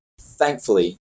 thankfully